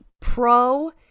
pro-